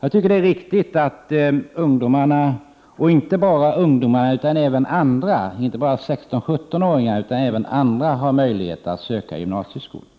Jag tycker att det är viktigt att inte bara ungdomarna — dvs. 16-17-åringarna — utan även andra har möjlighet att söka gymnasieutbildning.